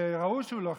וראו שהוא לא חרדי.